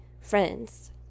friends